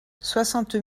soixante